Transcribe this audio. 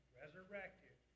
resurrected